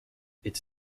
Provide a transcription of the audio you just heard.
its